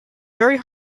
very